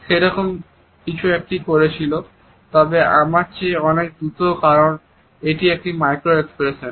সেইরম কিছু একটি করেছিল তবে আমার চেয়ে অনেক দ্রুত কারণ এটি একটি মাইক্রোএক্সপ্রেশন